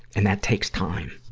and that takes time.